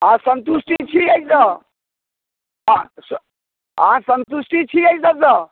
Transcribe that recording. अहाँ सन्तुष्टि छी एहिसँ अहाँ सन्तुष्टि छी एहि सभसँ